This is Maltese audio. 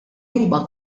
huma